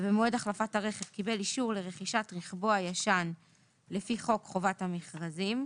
ובמועד החלפת הרכב קיבל אישור לרכישת רכבו הישן לפי חוק חובת המכרזים,